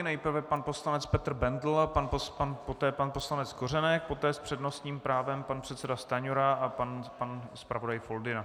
Nejprve pan poslanec Petr Bendl a poté pan poslanec Kořenek, poté s přednostním právem pan předseda Stanjura a pan zpravodaj Foldyna.